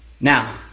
Now